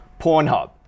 Pornhub